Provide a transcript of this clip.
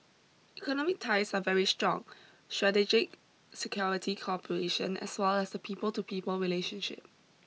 economic ties are very strong strategic security cooperation as well as the people to people relationship